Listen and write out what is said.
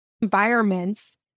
environments